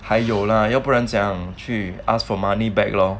还有 mah 要不然想要去 ask for money back lor